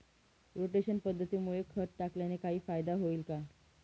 Rotation पद्धतीमुळे खत टाकल्याने काही फायदा होईल का?